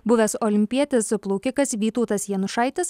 buvęs olimpietis plaukikas vytautas janušaitis